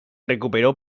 recuperó